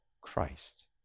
Christ